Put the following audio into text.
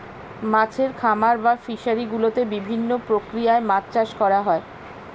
মাছের খামার বা ফিশারি গুলোতে বিভিন্ন প্রক্রিয়ায় মাছ চাষ করা হয়